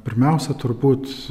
pirmiausia turbūt